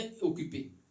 occupé. «